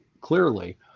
clearly